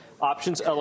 Options